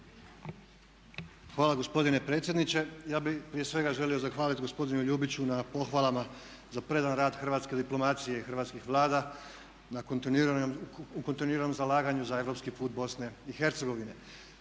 Hvala gospodine predsjedniče. Ja bih prije svega želio zahvaliti gospodinu Ljubiću na pohvalama za predan rad hrvatske diplomacije hrvatskih Vlada u kontinuiranom zalaganju za europski put Bosne i Hercegovine.